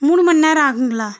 மூணு மணிநேரம் ஆகுங்களா